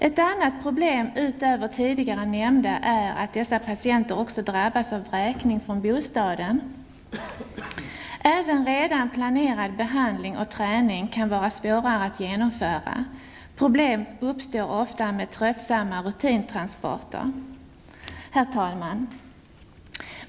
Ett annat problem utöver tidigare nämnda är att dessa patienter också drabbas av vräkning från bostaden. Även redan planerad behandling och träning kan vara svårare att genomföra. Problem uppstår ofta med tröttsamma rutintransporter. Herr talman!